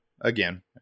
again